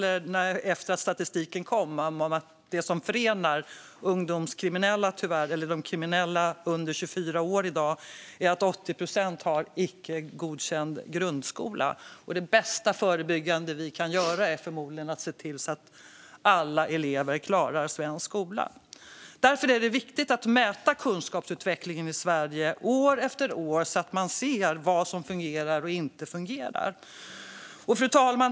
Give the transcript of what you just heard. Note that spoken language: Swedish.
Efter att statistiken kom drog jag då paralleller om att det som tyvärr förenar de kriminella under 24 år i dag är att 80 procent inte har godkända betyg från grundskolan. Det bästa förebyggande vi kan göra är förmodligen att se till att alla elever klarar svensk skola. Därför är det viktigt att mäta kunskapsutvecklingen i Sverige år efter år så att man ser vad som fungerar och inte fungerar.